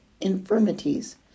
infirmities